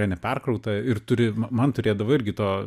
yra neperkrauta ir turi man turėdavo irgi to